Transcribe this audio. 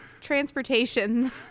transportation